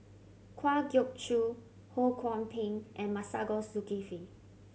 Kwa Geok Choo Ho Kwon Ping and Masagos Zulkifli